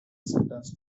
sentenced